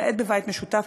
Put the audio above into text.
למעט בבית משותף,